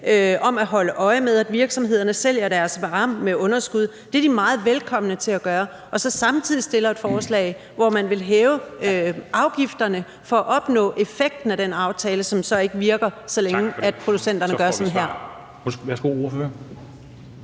om at holde øje med, at virksomhederne sælger deres varer med underskud, og at det er de meget velkomne til at gøre, og man samtidig fremsætter et forslag, hvor man vil hæve afgifterne for at opnå effekten af den aftale, som så ikke virker, så længe producenterne gør sådan her. Kl.